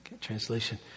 translation